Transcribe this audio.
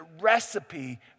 recipe